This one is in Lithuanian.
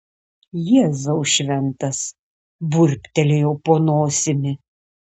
jėzau šventas burbtelėjau po nosimi